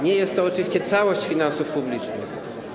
Nie jest to oczywiście całość finansów publicznych.